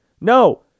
No